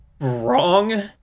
wrong